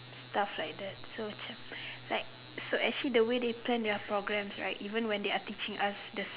stuff like that so macam like so actually the way they turn their programs right even when they are teaching us the